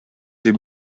dem